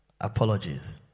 apologies